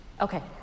Okay